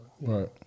Right